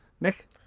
Nick